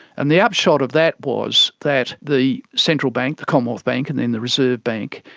and the upshot of that was that the central bank, the commonwealth bank and then the reserve bank,